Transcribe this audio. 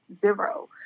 zero